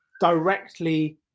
directly